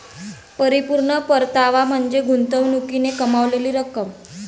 परिपूर्ण परतावा म्हणजे गुंतवणुकीने कमावलेली रक्कम